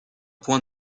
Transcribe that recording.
point